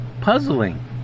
puzzling